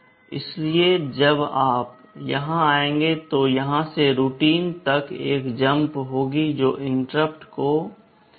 इसलिए जब आप यहां आएंगे तो यहां से रूटीन तक एक जम्प होगी जो इंटरप्ट को संभाल रही है